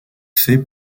fait